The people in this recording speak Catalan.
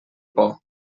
por